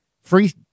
free